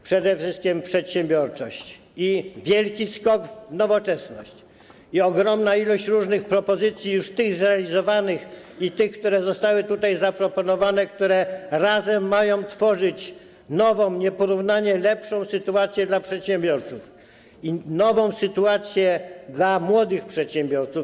Przede wszystkim przedsiębiorczość i wielki skok w nowoczesność, i ogromna ilość różnych propozycji już tych zrealizowanych i tych, które zostały tutaj zaproponowane, które razem mają tworzyć nową, nieporównanie lepszą sytuację dla przedsiębiorców i nową sytuację dla młodych przedsiębiorców.